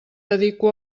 dedico